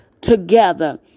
together